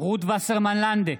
רות וסרמן לנדה,